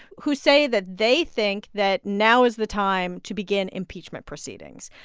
who say that they think that now is the time to begin impeachment proceedings.